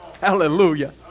Hallelujah